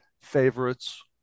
favorites